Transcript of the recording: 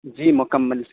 جی مکمل